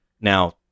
now